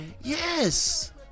Yes